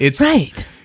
Right